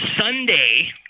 Sunday